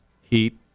heat